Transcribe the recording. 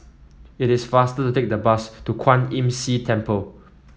it is faster to take the bus to Kwan Imm See Temple